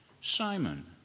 Simon